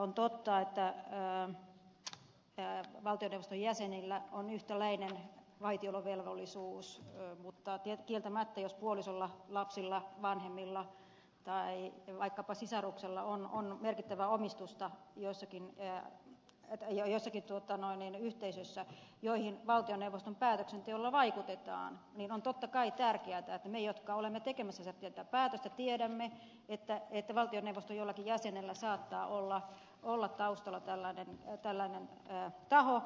on totta että valtioneuvoston jäsenillä on yhtäläinen vaitiolovelvollisuus mutta kieltämättä jos puolisolla lapsilla vanhemmilla tai vaikkapa sisaruksella on merkittävää omistusta joissakin kerää hätäilyä ja sekin tuottaa nainen yhteisöissä joihin valtioneuvoston päätöksenteolla vaikutetaan niin totta kai on tärkeätä että me jotka olemme tekemässä tätä päätöstä tiedämme että valtioneuvoston jollakin jäsenellä saattaa olla taustalla tällainen taho